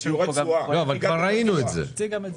אבל כבר ראינו את זה,